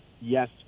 yes